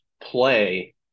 play